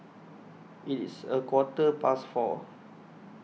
its A Quarter Past four